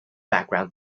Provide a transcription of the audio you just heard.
background